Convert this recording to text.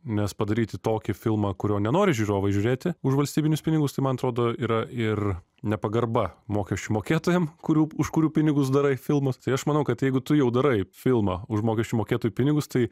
nes padaryti tokį filmą kurio nenori žiūrovai žiūrėti už valstybinius pinigus tai man atrodo yra ir nepagarba mokesčių mokėtojam kurių už kurių pinigus darai filmus tai aš manau kad jeigu tu jau darai filmą už mokesčių mokėtojų pinigus tai